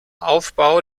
aufbau